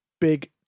big